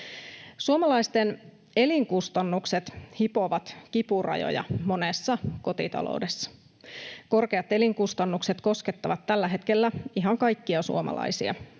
Suomalaisten elinkustannukset hipovat kipurajoja monessa kotitaloudessa. Korkeat elinkustannukset koskettavat tällä hetkellä ihan kaikkia suomalaisia.